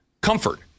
comfort